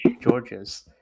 Georgia's